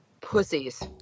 pussies